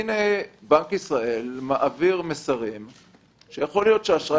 בנק ישראל מעביר מסרים על כך שיכול להיות שהאשראי